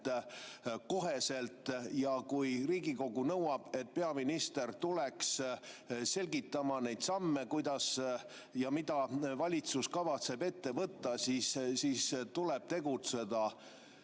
koheselt. Kui Riigikogu nõuab, et peaminister tuleks selgitama neid samme, kuidas ja mida valitsus kavatseb ette võtta, siis tuleb tegutseda